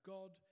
God